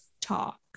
talk